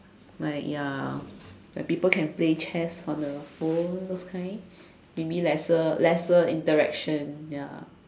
like ya people can play chess on the phone those kind maybe lesser lesser interaction ya